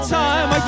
time